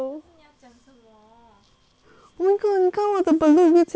oh my god 你看我的 ballut 变这样了